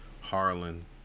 Harlan